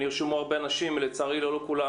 נרשמו פה הרבה אנשים ולצערי לא לכולם